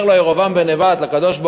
אומר לו ירבעם בן נבט לקדוש-ברוך-הוא: